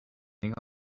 think